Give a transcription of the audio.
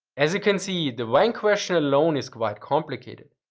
as you can see, the when question alone is quite complicated.